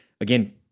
again